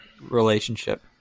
relationship